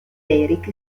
eric